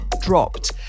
dropped